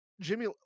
Jimmy